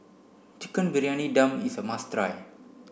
Chicken Briyani Dum is a must try